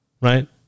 right